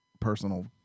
personal